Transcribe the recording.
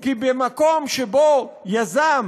כי במקום שבו יזם